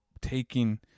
taking